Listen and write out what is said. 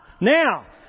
now